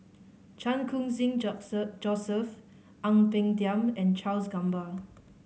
Chan Khun Sing Joseph Ang Peng Tiam and Charles Gamba